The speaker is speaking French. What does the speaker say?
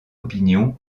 opinion